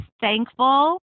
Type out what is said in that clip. thankful